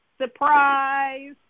Surprise